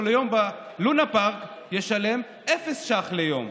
ליום בלונה פארק ישלם אפס שקלים ליום,